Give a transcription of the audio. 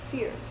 Fear